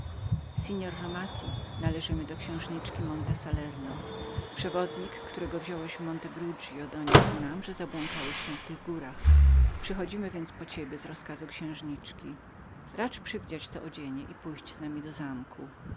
rzekł panie romati należymy do księżniczki monte salerno przewodnik którego pan wziąłeś w monte brugio doniósł nam że zabłąkałeś się w tych górach przychodzimy więc po pana z rozkazu księżniczki racz przywdziać te suknie i pójść z nami do zamku